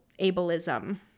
ableism